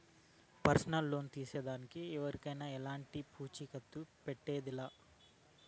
personal loan తీసేదానికి ఎవరికెలంటి పూచీకత్తు పెట్టేదె లా